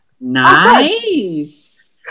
Nice